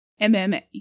MMA